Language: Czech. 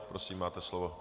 Prosím, máte slovo.